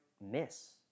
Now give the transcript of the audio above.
miss